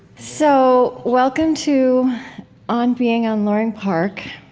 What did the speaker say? so, welcome to on being on loring park.